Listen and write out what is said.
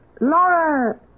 Laura